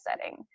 setting